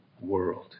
world